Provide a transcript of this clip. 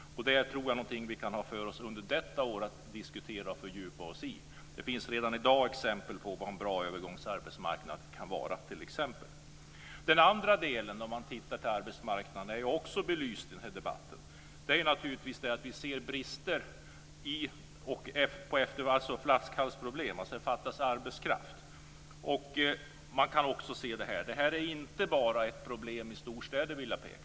Det tror jag vi kan diskutera och fördjupa oss i under detta år. Det finns redan i dag exempel på vad en bra övergångsarbetsmarknad kan vara. Den andra delen av arbetsmarknaden är också belyst i den här debatten. Vi ser naturligtvis brister, alltså flaskhalsproblem. Det fattas arbetskraft. Det här är inte bara ett problem i storstäderna, vill jag peka på.